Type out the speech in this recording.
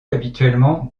habituellement